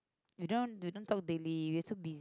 we don't we don't talk daily we're so busy